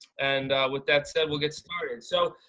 and with that said we'll get started. so